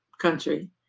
country